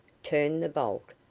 turned the bolt,